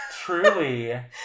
Truly